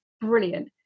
Brilliant